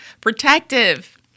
Protective